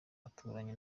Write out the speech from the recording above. aturanye